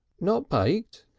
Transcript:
not baked,